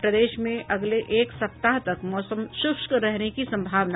और प्रदेश में अगले एक सप्ताह तक मौसम शुष्क रहने की संभावना